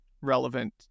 relevant